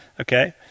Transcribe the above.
okay